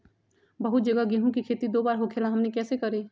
बहुत जगह गेंहू के खेती दो बार होखेला हमनी कैसे करी?